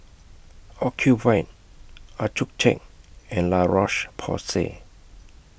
Ocuvite Accucheck and La Roche Porsay